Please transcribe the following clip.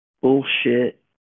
bullshit